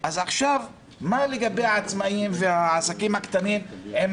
מה לגבי העצמאים והעסקים הקטנים עם